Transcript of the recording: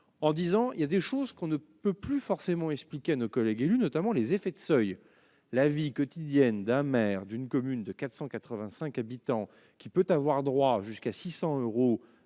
en effet des sujets que l'on ne peut plus expliquer à nos collègues élus, notamment les effets de seuil. La vie quotidienne du maire d'une commune de 485 habitants, qui peut avoir droit jusqu'à 600 euros